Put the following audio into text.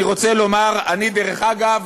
אני, דרך אגב,